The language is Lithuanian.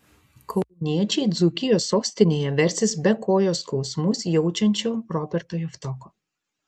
kauniečiai dzūkijos sostinėje versis be kojos skausmus jaučiančio roberto javtoko